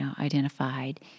identified